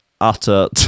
utter